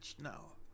no